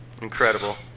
Incredible